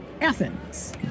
athens